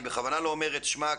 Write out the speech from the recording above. אני בכוונה לא אומר את שמה,